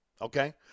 okay